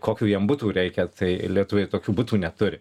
kokių jiem būtų reikia tai lietuviai tokių butų neturi